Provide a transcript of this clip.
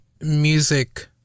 music